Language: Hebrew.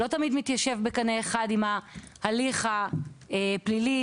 מתיישב בקנה אחד עם ההליך הפלילי,